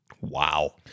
Wow